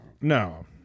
No